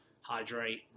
hydrate